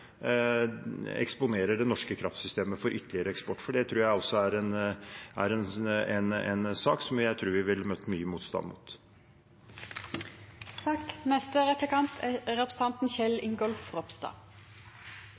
eksponerer det norske kraftsystemet for ytterligere eksport, for det tror jeg vi vil få mye motstand